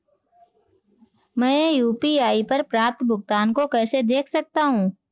मैं यू.पी.आई पर प्राप्त भुगतान को कैसे देख सकता हूं?